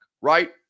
Right